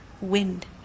wind